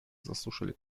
заслушали